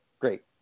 Great